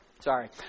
Sorry